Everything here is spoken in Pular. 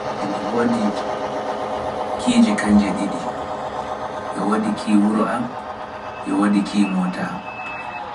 Emi woodi kiije kanje ɗiɗi(two), e woodi ki wuro an, e woodi ki moota an.